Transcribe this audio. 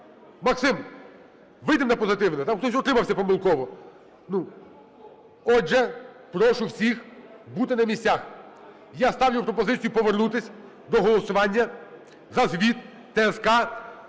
Максим, вийдемо на позитивне? Там хтось утримався помилково. Ну? Отже, прошу всіх бути на місцях. Я ставлю пропозицію повернутись до голосування за Звіт ТСК